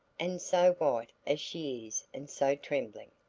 and so white as she is and so trembling!